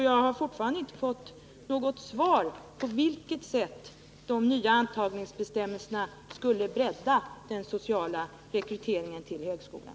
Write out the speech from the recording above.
Jag har fortfarande inte fått något svar på frågan om på vilket sätt de nya antagningsbestämmelserna skulle bredda den sociala rekryteringen till högskolan.